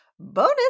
Bonus